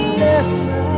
listen